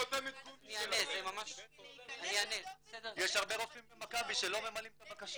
--- יש הרבה רופאים במכבי שלא ממלאים את הבקשות.